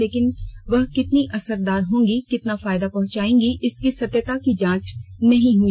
लेकिन वह कितनी असरदार होंगी कितना फायदा पहुंचाएंगी इसकी सत्यता की जांच नहीं हुई